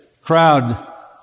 crowd